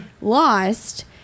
lost